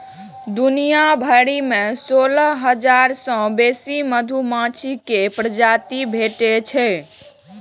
दुनिया भरि मे सोलह हजार सं बेसी मधुमाछी के प्रजाति भेटै छै